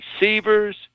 receivers